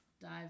dive